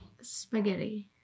Spaghetti